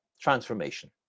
transformation